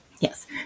Yes